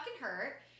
hurt